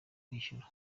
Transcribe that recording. kwishyura